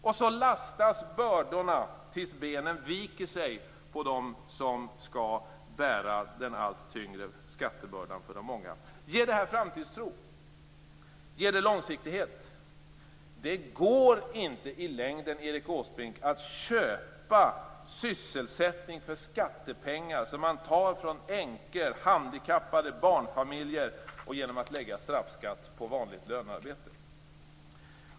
Och så lastas bördorna tills benen viker sig på dem som skall bära den allt tyngre skattebördan för de många. Ger det framtidstro? Ger detta långsiktighet? Det går inte i längden, Erik Åsbrink, att köpa sysselsättning för skattepengar som man tar från änkor, handikappade, barnfamiljer och genom att lägga straffskatt på vanligt lönarbete.